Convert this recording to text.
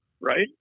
right